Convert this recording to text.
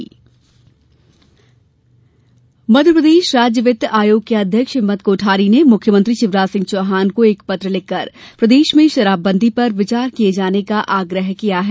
कोठारी पत्र मध्यप्रदेश राज्य वित्त आयोग के अध्यक्ष हिम्मत कोठारी ने मुख्यमंत्री शिवराज सिंह चौहान को एक पत्र लिखकर प्रदेश में शराबबन्दी पर विचार किये जाने का आग्रह किया है